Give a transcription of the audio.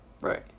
Right